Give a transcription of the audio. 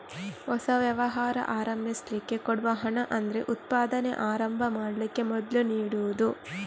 ಹೊಸ ವ್ಯವಹಾರ ಆರಂಭಿಸ್ಲಿಕ್ಕೆ ಕೊಡುವ ಹಣ ಅಂದ್ರೆ ಉತ್ಪಾದನೆ ಆರಂಭ ಮಾಡ್ಲಿಕ್ಕೆ ಮೊದ್ಲು ನೀಡುದು